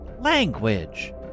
language